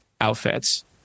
outfits